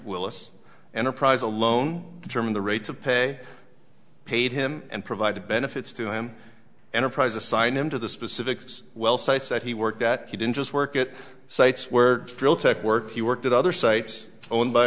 willis enterprise alone the term the rates of pay paid him and provided benefits to him enterprise assigned him to the specifics well sites that he worked at he didn't just work at sites where real tech work he worked at other sites owned by